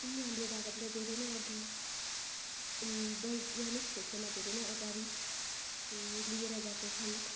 उनी हाम्रो भारतलाई धेरै नै अघि वैज्ञानिक क्षेत्रमा धेरै नै अगाडि लिएर गएका छन्